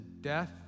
Death